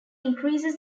increases